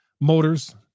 Motors